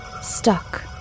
stuck